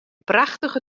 prachtige